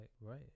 right